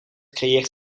creëert